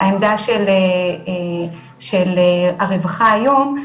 העמדה של הרווחה היום,